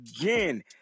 again